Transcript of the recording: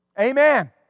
Amen